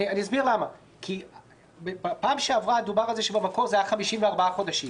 כי בפעם שעברה דובר על זה שבמקור זה היה 54 חודשים,